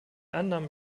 annahmen